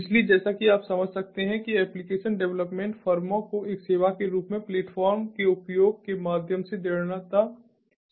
इसलिए जैसा कि आप समझ सकते हैं कि एप्लिकेशन डेवलपमेंट फर्मों को एक सेवा के रूप में प्लेटफॉर्म के उपयोग के माध्यम से दृढ़ता से लाभान्वित किया जाएगा